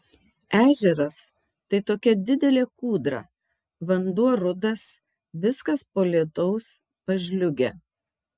ežeras tai tokia didelė kūdra vanduo rudas viskas po lietaus pažliugę